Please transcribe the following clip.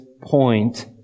point